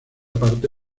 parte